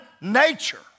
nature